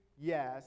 Yes